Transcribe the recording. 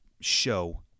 show